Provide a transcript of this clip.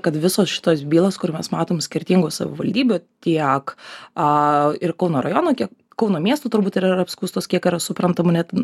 kad visos šitos bylos kur mes matom skirtingų savivaldybių tiek ir kauno rajono kiek kauno miesto turbūt ir yra apskųstos kiek yra suprantama net